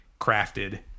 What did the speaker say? crafted